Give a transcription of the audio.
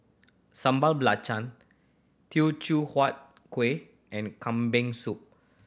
Sambal Belacan Teochew Huat Kueh and Kambing Soup